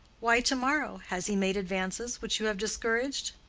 why to-morrow? has he made advances which you have discouraged?